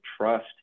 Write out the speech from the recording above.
trust